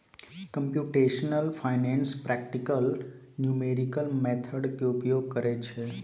computational finance practical numerical method के उपयोग करइ छइ